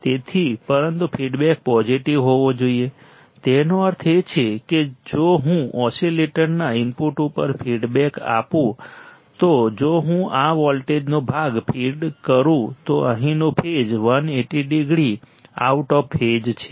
તેથી પરંતુ feedback positive હોવો જોઈએ તેનો અર્થ એ છે કે જો હું ઓસિલેટરના ઇનપુટ ઉપર ફીડબેક આપું તો જો હું આ વોલ્ટેજનો ભાગ ફીડ કરું તો અહીંનો phase 180 degree out of phase છે